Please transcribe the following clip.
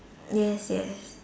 yes yes